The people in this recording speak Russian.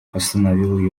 остановил